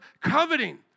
coveting